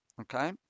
okay